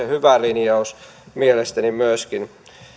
hyvä linjaus mielestäni myöskin